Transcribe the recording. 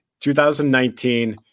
2019 –